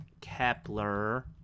Kepler